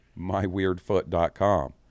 myweirdfoot.com